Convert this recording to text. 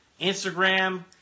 Instagram